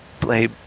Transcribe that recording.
play